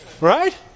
Right